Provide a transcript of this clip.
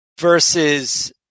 versus